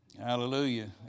Hallelujah